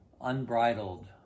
unbridled